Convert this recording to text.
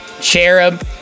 cherub